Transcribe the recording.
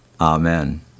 Amen